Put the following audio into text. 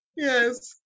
Yes